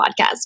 podcast